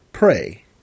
Pray